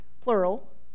plural